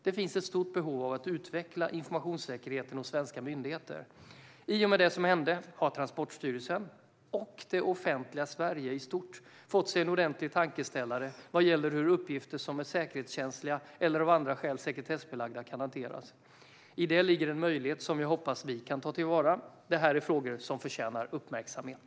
Det finns ett stort behov av att utveckla informationssäkerheten hos svenska myndigheter. I och med det som hände har Transportstyrelsen, och det offentliga Sverige i stort, fått sig en ordentlig tankeställare vad gäller hur uppgifter som är säkerhetskänsliga eller av andra skäl sekretessbelagda kan hanteras. I det ligger en möjlighet som jag hoppas att vi kan ta till vara. Det här är frågor som förtjänar uppmärksamhet.